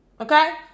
okay